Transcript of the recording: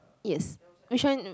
yes which one